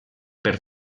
per